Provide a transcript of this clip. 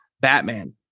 Batman